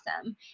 awesome